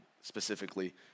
specifically